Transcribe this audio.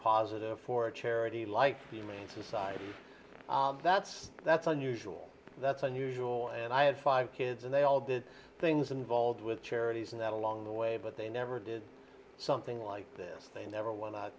positive for charity like the man society that's that's unusual that's unusual and i had five kids and they all did things involved with charities and that along the way but they never did something like this they never w